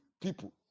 people